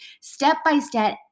step-by-step